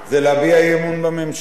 זה להביע אי-אמון בממשלה.